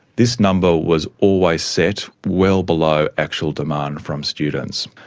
this number was always set well below actual demand from students.